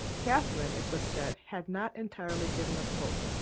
catherine, it was said, had not entirely given up hope,